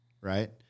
Right